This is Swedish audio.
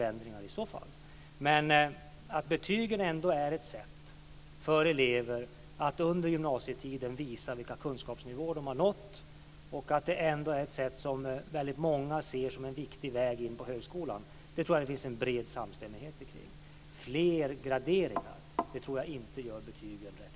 Men jag tror att det finns en bred samstämmighet kring att betygen ändå är ett sätt för elever att under gymnasietiden visa vilken kunskapsnivå de har nått, och många ser dem som en viktig väg in på högskolan. Jag tror inte att fler graderingar gör betygen rättvisare.